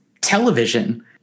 television